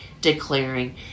declaring